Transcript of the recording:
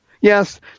Yes